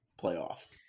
playoffs